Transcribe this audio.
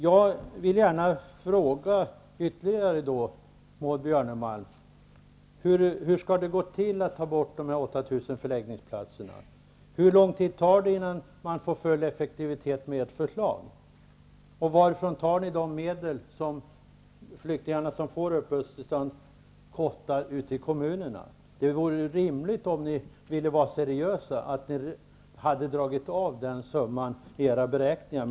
Maud Björnemalm. Hur skall det gå till att ta bort dessa 8 000 förläggningsplatser? Hur lång tid tar det innan man får full effektivitet med ert förslag? Varifrån tar ni de medel som behövs för att täcka kostnaderna ute i kommunerna för de flyktingar som får uppehållstillstånd? Om ni hade velat vara seriösa hade det varit rimligt att ni hade dragit av den summan i era beräkningar.